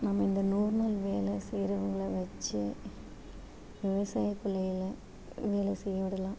நம்ம இந்த நூறு நாள் வேலை செய்கிறவங்கள வச்சே விவசாயத்தொழிலை வேலை செய்ய விடலாம்